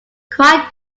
quite